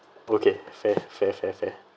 okay fair fair fair fair